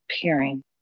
appearing